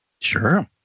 Sure